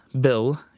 Bill